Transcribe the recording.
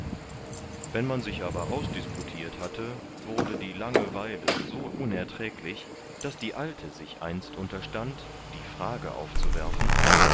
wenn man sich aber ausdisputirt hatte wurde die langeweile so unerträglich daß die alte sich einst unterstand die frage aufzuwerfen